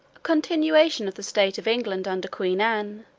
continuation of the state of england under queen anne.